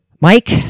Mike